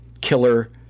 Killer